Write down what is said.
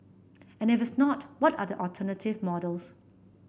and if it's not what are the alternative models